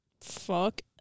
Fuck